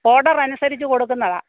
order അനുസരിച്ച് കൊടുക്കുന്നതാണ്